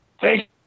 Thank